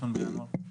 ב-1 בינואר?